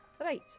Right